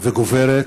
וגוברת